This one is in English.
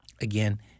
again